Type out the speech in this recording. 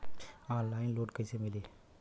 Online loan कइसे मिली?